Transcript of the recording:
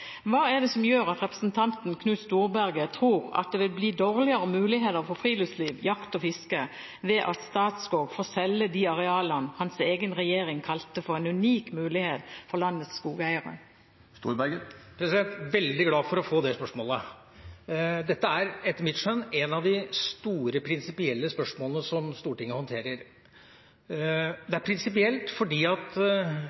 Hva er det som gjør at representanten Knut Storberget tror at det vil bli dårligere muligheter for friluftsliv, jakt og fiske ved at Statskog får selge de arealene hans egen regjering kalte for en «unik mulighet» for landets skogeiere? Jeg er veldig glad for å få det spørsmålet. Dette er etter mitt skjønn et av de store prinsipielle spørsmålene som Stortinget håndterer. Det er prinsipielt fordi